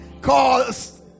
cause